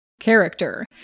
character